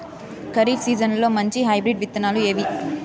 ఖరీఫ్ సీజన్లలో మంచి హైబ్రిడ్ విత్తనాలు ఏవి